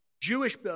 Jewish